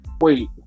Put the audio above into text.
wait